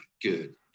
good